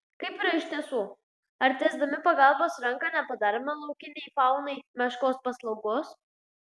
kaip yra iš tiesų ar tiesdami pagalbos ranką nepadarome laukiniai faunai meškos paslaugos